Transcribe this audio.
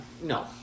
No